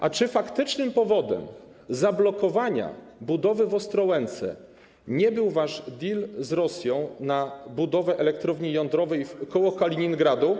A czy faktycznym powodem zablokowania budowy w Ostrołęce nie był wasz deal z Rosją na budowę elektrowni jądrowej koło Kaliningradu?